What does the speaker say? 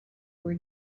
were